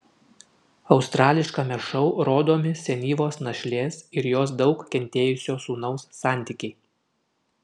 australiškame šou rodomi senyvos našlės ir jos daug kentėjusio sūnaus santykiai